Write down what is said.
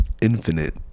Infinite